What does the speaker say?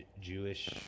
Jewish